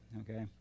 okay